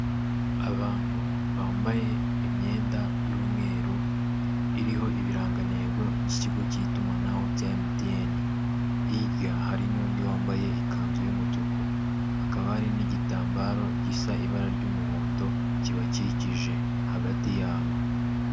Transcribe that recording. Abantu bambaye imyenda y'umweru iriho ibirangantego by'ikigo cy'itumanaho cya Emutiyene hirya hari n'undi wambaye ikanzu y'umutuku, hakaba hari n'igitambaro gisa ibara ry'umuhondo kibakikije hagati yabo.